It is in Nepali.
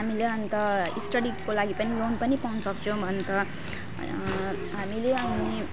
हामीले अन्त स्टडीको लागि लोन पनि पाउन सक्छौँ अन्त हामीले अनि